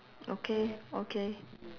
okay okay